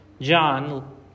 John